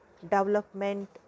development